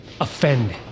offend